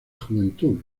juventud